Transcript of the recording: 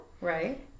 right